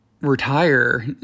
retire